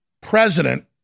president